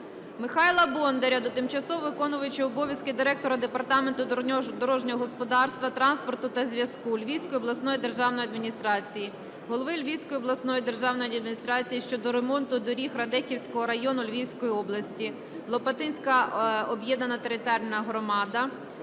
Михайла Бондаря до тимчасово виконуючого обов'язки директора Департаменту дорожнього господарства, транспорту та зв'язку Львівської обласної державної адміністрації, голови Львівської обласної державної адміністрації щодо ремонту доріг Радехівського району Львівської області (Лопатинська об'єднана територіальна громада)